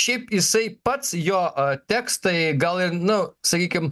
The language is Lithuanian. šiaip jisai pats jo tekstai gal ir nu sakykim